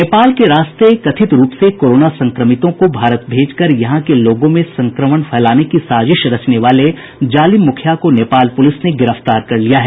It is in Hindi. नेपाल के रास्ते कथित रूप से कोरोना संक्रमितों को भारत भेज कर यहां के लोगों में संक्रमण फैलाने की साजिश रचने वाले जालिम मुखिया को नेपाल पुलिस ने गिरफ्तार कर लिया है